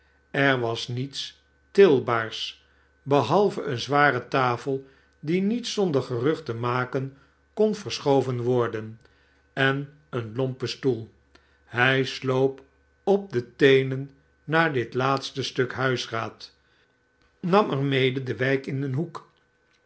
er was niets tilbaars behalve eene zware tafel die met zonder gerucht te maken kon verschoven worden en een lompe stoel hij sloop op de teenen naar dit laatste stuk huisraad nam er mede de wijk in een hoek